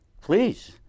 please